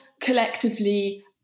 collectively